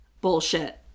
bullshit